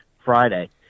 Friday